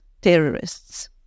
terrorists